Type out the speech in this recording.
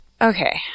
Okay